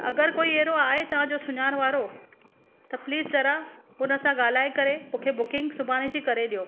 अगरि कोई अहिड़ो आहे तव्हांजो सुञाण वारो त प्लीस ज़रा हुन सां ॻाल्हाए करे मूंखे बुकिंग सुभाणे जी करे ॾियो